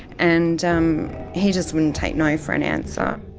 and um he just wouldn't take no for an answer.